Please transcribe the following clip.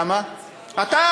כמה?